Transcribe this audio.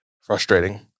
Frustrating